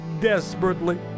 desperately